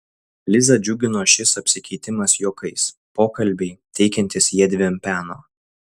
lizą džiugino šis apsikeitimas juokais pokalbiai teikiantys jiedviem peno